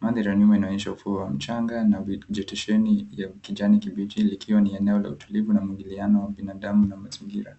Mandhari ya nyuma inaonyesha ufuo wa mchanga na vijetesheni ya kijani kibichi likiwa ni eneo la utulivu na muingiliano wa binadamu na mazingira.